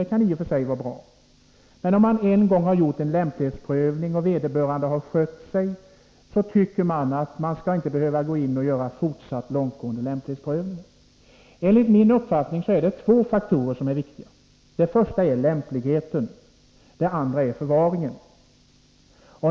Det kan i och för sig vara bra, men om man en gång har gjort en lämplighetsprövning och vederbörande har skött sig borde det inte behöva göras en ytterligare långtgående lämplighetsprövning. Enligt min uppfattning är det två faktorer som är viktiga. Den första är lämpligheten, den andra är förvaringen.